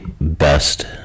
best